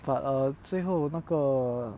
but err 最后那个